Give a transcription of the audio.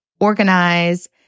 organize